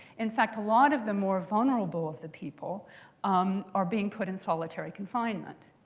in fact, a lot of the more vulnerable of the people um are being put in solitary confinement.